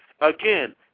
Again